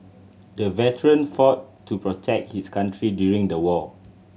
the veteran fought to protect his country during the war